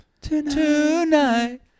tonight